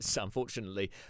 unfortunately